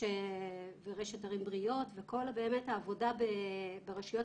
ורשת "ערים בריאות" וכל באמת העבודה ברשויות